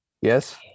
Yes